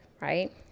Right